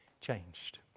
changed